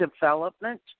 development